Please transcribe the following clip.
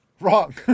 wrong